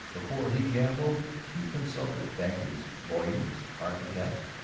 before he gambled he consulted bankers, lawyers, architects,